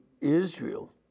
Israel